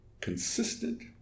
consistent